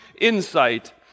insight